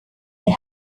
they